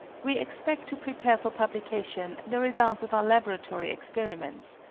we expect to prepare for publication the results of our laboratory experiments,